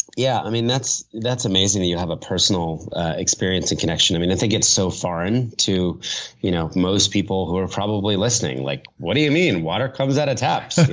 yeah. i mean, that's that's amazing that you have a personal experience and connection. i and think it's so foreign to you know most people who are probably listening. like, what do you mean? water comes out of taps.